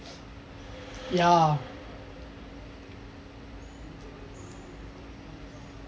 ya